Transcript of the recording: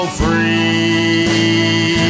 free